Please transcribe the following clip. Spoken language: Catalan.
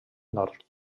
nord